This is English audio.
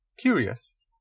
curious